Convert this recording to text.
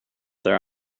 their